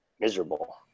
miserable